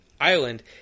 island